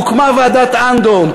הוקמה ועדת אנדורן,